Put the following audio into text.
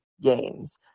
games